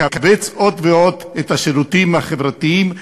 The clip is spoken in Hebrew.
לכווץ עוד ועוד את השירותים החברתיים,